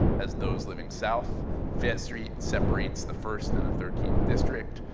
as those living south fayette street separates the first and the thirteenth district.